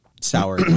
sour